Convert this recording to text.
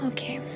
Okay